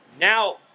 now